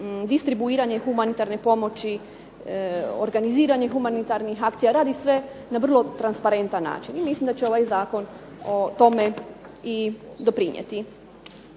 distribuiranje humanitarne pomoći, organiziranje humanitarnih akcija radi sve na vrlo transparentan način i mislim da će ovaj zakon tome i doprinijeti.